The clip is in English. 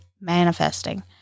manifesting